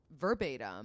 verbatim